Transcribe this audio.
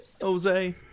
Jose